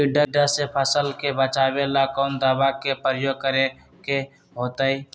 टिड्डा से फसल के बचावेला कौन दावा के प्रयोग करके होतै?